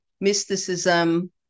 mysticism